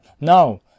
now